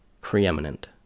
preeminent